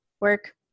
work